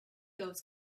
those